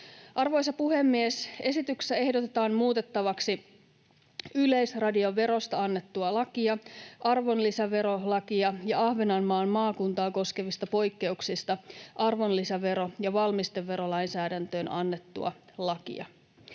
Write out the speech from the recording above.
Arvoisa puhemies! Esityksessä ehdotetaan muutettavaksi yleisradioverosta annettua lakia, arvonlisäverolakia ja Ahvenanmaan maakuntaa koskevista poikkeuksista arvonlisävero‑ ja valmisteverolainsäädäntöön annettua lakia.